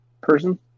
Person